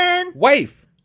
Wife